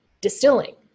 distilling